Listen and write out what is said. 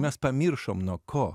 mes pamiršom nuo ko